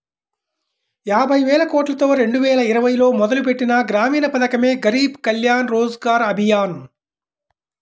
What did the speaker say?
యాబైవేలకోట్లతో రెండువేల ఇరవైలో మొదలుపెట్టిన గ్రామీణ పథకమే గరీబ్ కళ్యాణ్ రోజ్గర్ అభియాన్